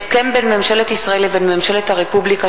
הסכם בין ממשלת ישראל לבין ממשלת הרפובליקה